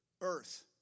Earth